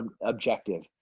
objective